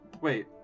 Wait